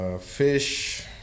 Fish